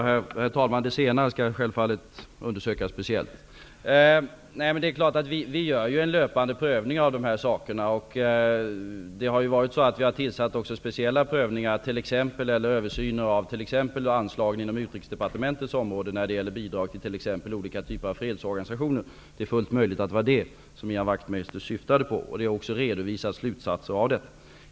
Herr talman! Det senare skall jag självfallet undersöka speciellt. Det är klart att vi gör en löpande prövning av de här sakerna, och vi har också tillsatt speciella översyner, t.ex. av anslagen inom Utrikesdepartementets område när det gäller bidrag till t.ex. olika typer av fredsorganisationer. Det är fullt möjligt att det var detta som Ian Wachtmeister syftade på. Slutsatser har också redovisats.